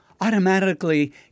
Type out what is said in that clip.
automatically